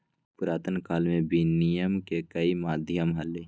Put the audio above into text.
पुरातन काल में विनियम के कई माध्यम हलय